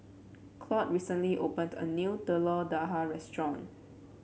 Claude recently opened a new Telur Dadah Restaurant